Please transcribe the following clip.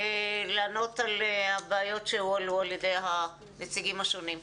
לענות על הבעיות שהועלו על ידי הנציגים השונים.